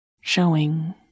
showing